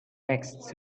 next